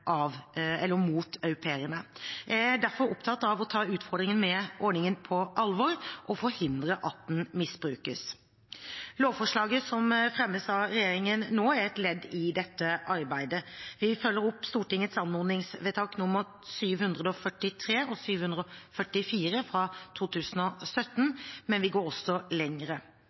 mot au pairer. Jeg er derfor opptatt av å ta utfordringene med ordningen på alvor og forhindre at den misbrukes. Lovforslaget som fremmes av regjeringen nå, er et ledd i dette arbeidet. Vi følger opp Stortingets anmodningsvedtak nr. 743 og 744 fra 2017, men vi går også